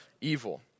evil